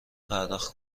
پرداخت